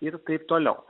ir taip toliau